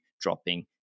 dropping